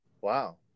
Wow